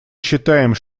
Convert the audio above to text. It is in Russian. считаем